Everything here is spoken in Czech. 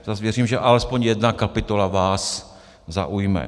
Zase věřím, že alespoň jedna kapitola vás zaujme.